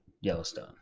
Yellowstone